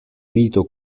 unito